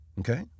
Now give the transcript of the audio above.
Okay